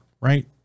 right